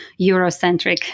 Eurocentric